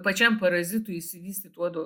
pačiam parazitui išsivystyt uodo